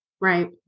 Right